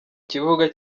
kibuga